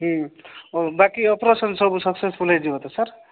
ଆଉ ବାକି ଅପରେସନ୍ ସବୁ ସକ୍ସେସ୍ଫୁଲ୍ ହୋଇଯିବ ତ ସାର୍